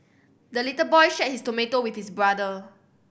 the little boy shared his tomato with his brother